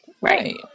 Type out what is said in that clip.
Right